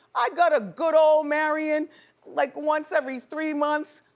i got a good, old marion like once every three months,